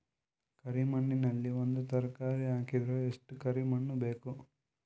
ಕರಿ ಮಣ್ಣಿನಲ್ಲಿ ಒಂದ ತರಕಾರಿ ಹಾಕಿದರ ಎಷ್ಟ ಕರಿ ಮಣ್ಣು ಬೇಕು?